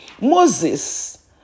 Moses